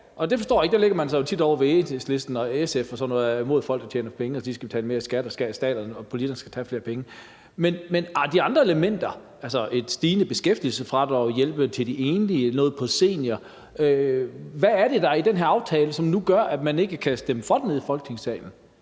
Og det forstår jeg ikke, der lægger man sig jo tit ovre ved Enhedslisten og SF, som er imod folk, der tjener penge, og de skal betale mere i skat, og staten og politikerne skal tage flere penge. Men de andre elementer, altså et stigende beskæftigelsesfradrag, hjælp til de enlige, noget til seniorer – hvad er det, der i den her aftale nu gør, at man ikke kan stemme for den nede i Folketingssalen?